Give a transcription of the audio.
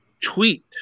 tweet